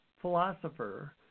philosopher